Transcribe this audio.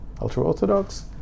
ultra-orthodox